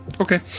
okay